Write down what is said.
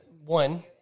One